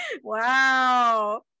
Wow